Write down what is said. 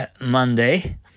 Monday